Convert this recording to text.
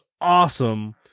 awesome